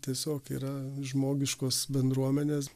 tiesiog yra žmogiškos bendruomenės